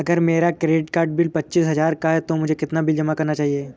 अगर मेरा credit card bill पच्चीस हजार का है तो मुझे कितना बिल जमा करना चाहिए?